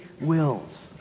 wills